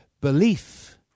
belief